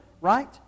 right